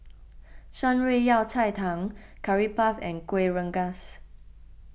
Shan Rui Yao Cai Tang Curry Puff and Kuih Rengas